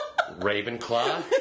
Ravenclaw